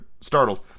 startled